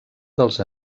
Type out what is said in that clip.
dels